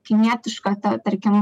kinietiška ta tarkim